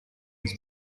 his